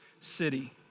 city